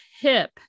hip